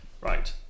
Right